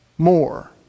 more